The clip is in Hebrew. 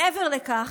מעבר לכך,